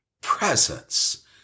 presence